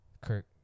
Kirk